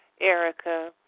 Erica